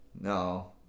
No